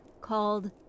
called